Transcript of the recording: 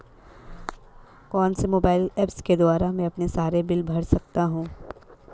कौनसे mobile apps के द्वारा मैं अपने सारे बिल भर सकता हूं?